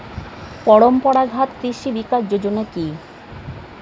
পরম্পরা ঘাত কৃষি বিকাশ যোজনা কি?